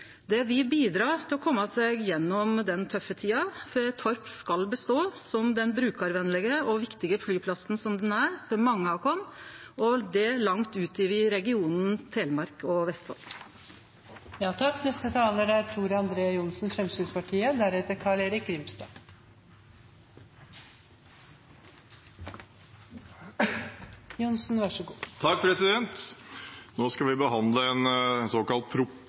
Det vil bidra til å kome seg gjennom den tøffe tida. For Torp skal bestå som den brukarvenlege og viktige flyplassen den er for mange av oss, langt utover regionen Vestfold og